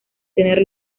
tener